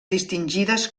distingides